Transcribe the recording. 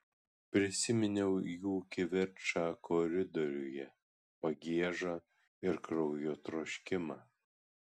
prisiminiau jų kivirčą koridoriuje pagiežą ir kraujo troškimą